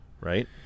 Right